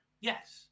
Yes